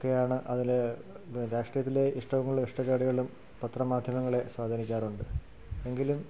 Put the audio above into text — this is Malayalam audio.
ഒക്കെയാണ് അതിൽ രാഷ്ട്രീയത്തിൽ ഇഷ്ടങ്ങളും ഇഷ്ടക്കേടുകളും പത്രമാധ്യമങ്ങളെ സ്വാധീനിക്കാറുണ്ട് എങ്കിലും